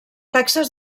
taxes